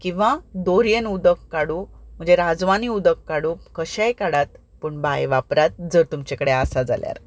किंवां दोऱ्येन उदक काडूं म्हणजे राजवांनी उदक काडूं कशेंय काडात पूण बांय वापरात तुमचे कडेन आसा जाल्यार